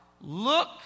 Look